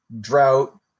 drought